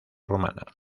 romana